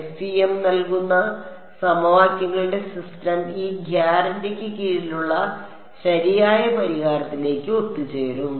FEM നൽകുന്ന സമവാക്യങ്ങളുടെ system ഈ ഗ്യാരന്റിക്ക് കീഴിലുള്ള ശരിയായ പരിഹാരത്തിലേക്ക് ഒത്തുചേരും